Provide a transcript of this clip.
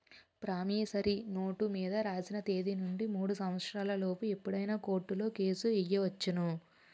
promissory note మీద రాసిన తేదీ నుండి మూడు సంవత్సరాల లోపు ఎప్పుడైనా కోర్టులో కేసు ఎయ్యొచ్చును